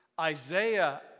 isaiah